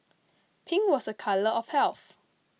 pink was a colour of health